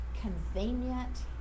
convenient